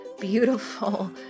beautiful